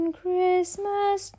christmas